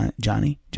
Johnny